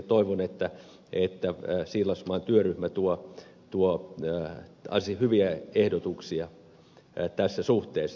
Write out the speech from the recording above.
toivon että siilasmaan työryhmä tuo hyviä ehdotuksia tässä suhteessa